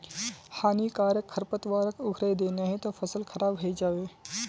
हानिकारक खरपतवारक उखड़इ दे नही त फसल खराब हइ जै तोक